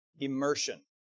immersion